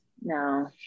no